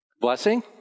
Blessing